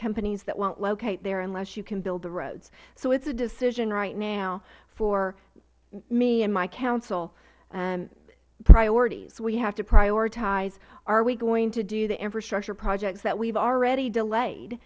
companies that wont locate there unless you can build the roads so it is a decision right now for me and my council priorities we have to prioritize are we going to do the infrastructure projects that we have already delayed